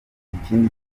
ikindi